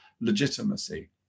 legitimacy